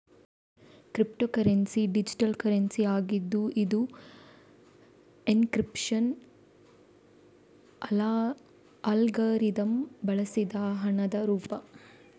crypto ಕರೆನ್ಸಿಯು digital currency ಆಗಿದ್ದು ಇದು ಎನ್ಕ್ರಿಪ್ಶನ್ ಅಲ್ಗಾರಿದಮ್ ಬಳಸಿದ ಹಣದ ರೂಪ